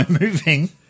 moving